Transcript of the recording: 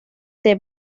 the